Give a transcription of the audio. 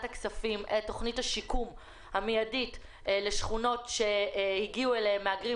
הכספים את תוכנית השיקום המיידית לשכונות אליהן הגיעו מהגרים